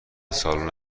سالن